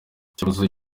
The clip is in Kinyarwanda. ikibazo